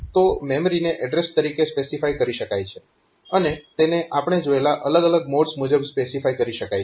તો મેમરીને એડ્રેસ તરીકે સ્પેસિફાય કરી શકાય છે અને તેને આપણે જોયેલા અલગ અલગ મોડ્સ મુજબ સ્પેસિફાય કરી શકાય છે